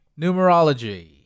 numerology